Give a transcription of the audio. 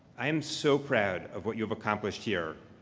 i am so proud of what you've accomplished here,